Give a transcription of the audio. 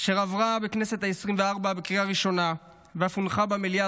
אשר עברה בכנסת העשרים-וארבע בקריאה ראשונה ואף הונחה במליאה